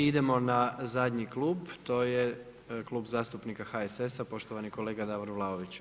I idemo na zadnji klub, to je Klub zastupnika HSS-a, poštovani kolega Davor Vlaović.